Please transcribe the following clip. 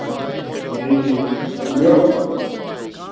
जी जी ॿियो